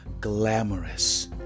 glamorous